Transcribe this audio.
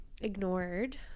ignored